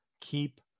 keep